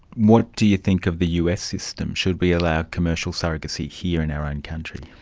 what do you think of the us system? should we allow commercial surrogacy here in our own country?